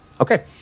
Okay